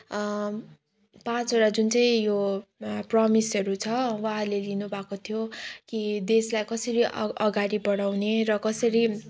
पाँचवटा जुन चाहिँ यो प्रोमिसहरू छ उहाँले लिनुभाएको थियो कि देशलाई कसरी अ अगाडि बढाउने र कसरी